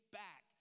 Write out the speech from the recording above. back